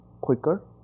quicker